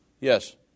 Yes